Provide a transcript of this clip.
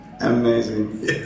Amazing